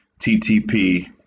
TTP